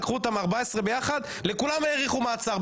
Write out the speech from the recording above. לקחו אותן 14 יחד ולכולן האריכו מעצר.